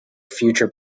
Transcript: future